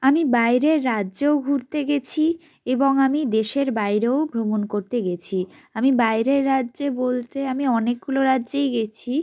আমি বাইরের রাজ্যেও ঘুরতে গিয়েছি এবং আমি দেশের বাইরেও ভ্রমণ করতে গিয়েছি আমি বাইরের রাজ্যে বলতে আমি অনেকগুলো রাজ্যেই গিয়েছি